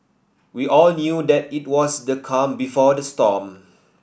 we all knew that it was the calm before the storm